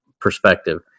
perspective